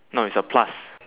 no it's a plus